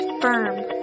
firm